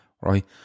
right